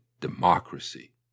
democracy